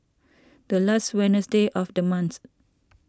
the last Wednesday of the month